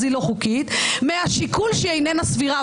אז היא לא חוקית מהשיקול שהיא איננה סבירה.